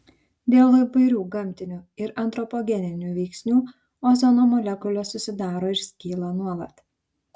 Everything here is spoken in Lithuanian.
dėl įvairių gamtinių ir antropogeninių veiksnių ozono molekulės susidaro ir skyla nuolat